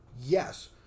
Yes